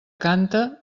canta